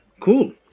Cool